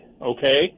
Okay